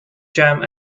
jam